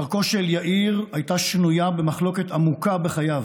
דרכו של יאיר הייתה שנויה במחלוקת עמוקה בחייו,